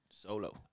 Solo